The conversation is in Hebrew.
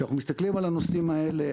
כשאנחנו מסתכלים על הנושאים האלה,